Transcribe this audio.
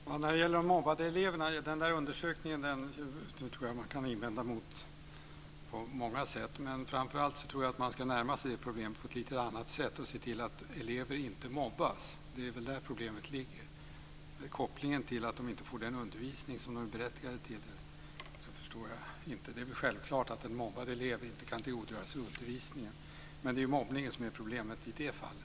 Fru talman! Undersökningen om de mobbade eleverna tror jag att man kan invända mot på många sätt. Men framför allt tror jag att man ska närma sig problemet på ett lite annat sätt och se till att elever inte mobbas. Det är väl där problemet ligger. Kopplingen till att de inte får den undervisning som de är berättigade till förstår jag inte. Det är väl självklart att en mobbad elev inte kan tillgodogöra sig undervisningen. Men det är mobbningen som är problemet i det fallet.